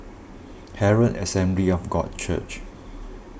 Herald Assembly of God Church